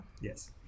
Yes